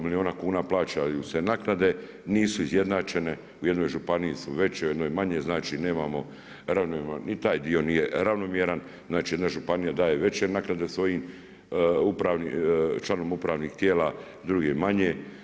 milijuna kuna plaćaju se naknade nisu izjednačene u jednoj županiji su veće, u jednoj manje, znači nemamo ravnomjerno ni taj dio nije ravnomjeran, znači jedna županija daje veće naknade svojim članovima upravnih tijela, drugima manje.